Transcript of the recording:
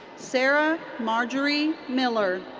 sara marjorie miller.